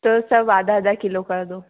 तो सब आधा आधा किलो कर दो